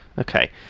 Okay